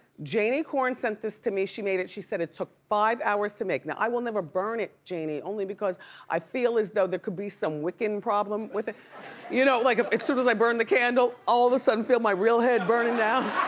janie korn sent this to me. she made it, she said it took five hours to make. now i will never burn it janie, only because i feel as though there could be some wiccan problem with you know like it. as soon as i burn the candle, all of a sudden feel my real head burning down.